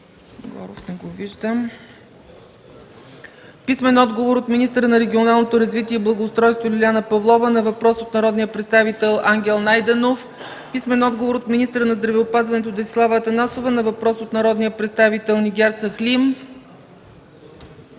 Димитър Горов; - министъра на регионалното развитие и благоустройството Лиляна Павлова на въпрос от народния представител Ангел Найденов; - министъра на здравеопазването Десислава Атанасова на въпрос от народния представител Нигяр Сахлим;